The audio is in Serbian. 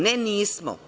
Ne, nismo.